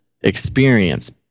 experience